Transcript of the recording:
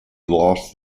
lost